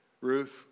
Ruth